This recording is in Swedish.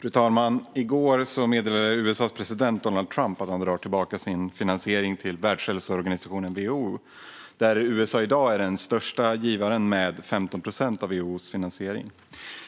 Fru talman! I går meddelade USA:s president Donald Trump att han drar tillbaka sin finansiering till Världshälsoorganisationen, WHO. USA är i dag den största givaren med 15 procent av WHO:s finansiering.